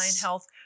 health